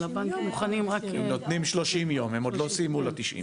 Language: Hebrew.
נותנים כ-30 ימים הם עוד לא סיימו ל-90 ימים.